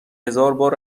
هزاربار